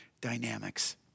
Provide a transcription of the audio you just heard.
dynamics